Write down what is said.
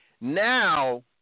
Now